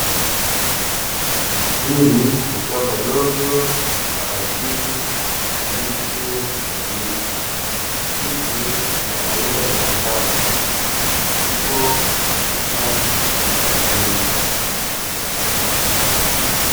Hili shamba dogo kwa ajili ya miche ya miti, miche ya aina mbalimbali ipo katika shamba hili.